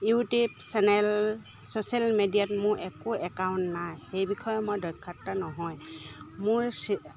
YouTube channel social মিডিয়াত মোৰ একো একাউণ্ট নাই সেই বিষয়ে মই দক্ষত্ৰ নহয় মোৰ